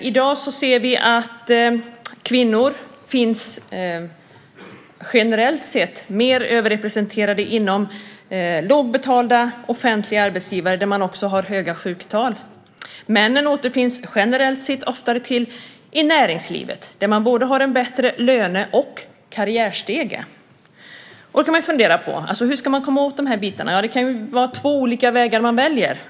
I dag ser vi att kvinnor generellt sett är överrepresenterade hos lågbetalande offentliga arbetsgivare där man också har höga sjuktal. Männen återfinns generellt sett oftare i näringslivet där man har en bättre både löne och karriärstege. Då kan man fundera på hur man ska komma åt att ändra detta. Det kan vara två olika vägar man väljer.